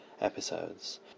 episodes